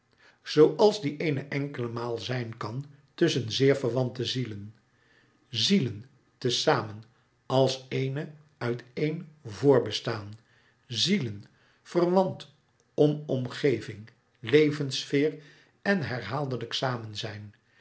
zooals die een enkele maal zijn kan tusschen zeer verwante zielen zielen te zamen als ééne uit een voorbestaan zielen verwant om omgeving levensfeer en herhaaldelijk samenzijn